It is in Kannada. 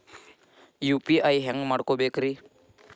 ಯು.ಪಿ.ಐ ಹ್ಯಾಂಗ ಮಾಡ್ಕೊಬೇಕ್ರಿ?